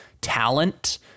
talent